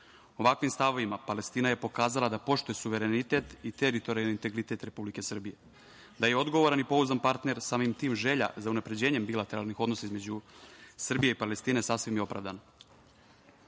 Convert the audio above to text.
stavovima Palestina je pokazala da poštuje suverenitet i teritorijalni integritet Republike Srbije, da je odgovoran i pouzdan partner, samim tim želja za unapređenjem bilateralnih odnosa između Srbije i Palestine sasvim je opravdana. Nesporno